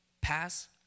pass